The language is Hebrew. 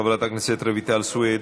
חברת הכנסת רויטל סויד,